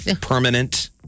permanent